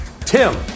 Tim